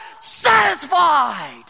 satisfied